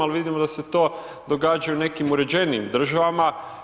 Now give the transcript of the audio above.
Ali vidimo da se to događa u nekim uređenijim državama.